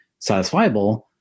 satisfiable